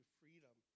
freedom